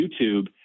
YouTube